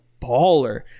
baller